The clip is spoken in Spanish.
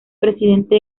presidente